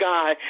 God